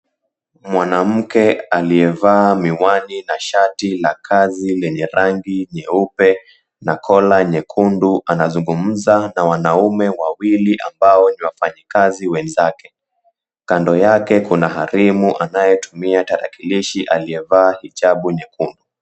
Mwanamke aliyevalia miwani na shati ya kazi lenye rangi nyeupe na kola nyekundu, anazungumza na wanume wawili ambao ni wafanyakazi wenzake, kando yake kuna harimu anayetumia tarakilishi aliyevaa hijabu nyekundu.